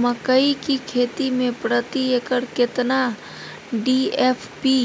मकई की खेती में प्रति एकर केतना डी.ए.पी